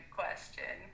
question